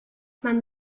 man